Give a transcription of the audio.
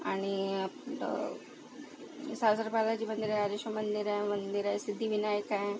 आणि सालसर बालाजी मंदिर आहे राजेश्वर मंदिर आहे सिद्धिविनायक आहे